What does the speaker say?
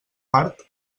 part